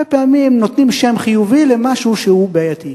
לפעמים נותנים שם חיובי למשהו שהוא בעייתי.